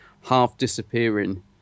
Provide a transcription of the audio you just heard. half-disappearing